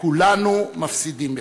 כולנו מפסידים מכך.